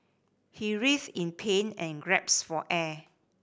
he writhed in pain and grasped for air